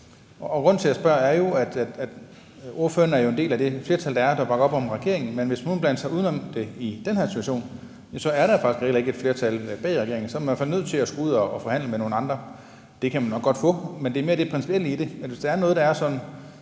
Grunden til at jeg spørger, er, at ordføreren jo er en del af det flertal, der er, og som bakker op om regeringen, men hvis man nu havde blandet sig uden om det i den her situation, så er der faktisk heller ikke et flertal bag regeringen. Så er man i hvert nødt til at gå ud og forhandle med nogle andre. Det flertal kunne man nok godt få, men det er mere det principielle i det,